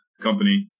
company